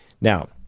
Now